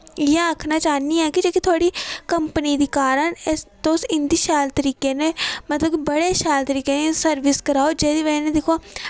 इ'यै आक्खना चांह्नियां कि जेह्की थोआड़ी कंपनी दी कार ऐ तुस इं'दी शैल तरीके ने मतलब कि बड़े शैल तरीके ने सर्विस कराओ जेह्दी वजह ने दिक्खो